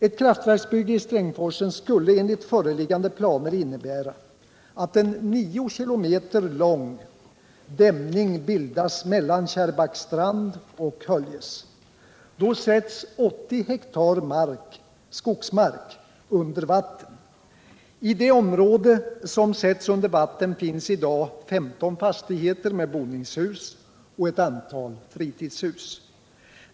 Ett kraftverksbygge i Strängsforsen skulle enligt föreliggande planer innebära att en nio kilometer lång dämning bildas mellan Kärrbackstrand och Höljes. Då sätts 80 hektar skogsmark under vatten. I det område som sätts under vatten finns i dag 15 fastigheter med boningshus och ett antal fritidshus.